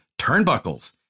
TURNBUCKLES